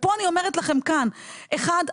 אחד,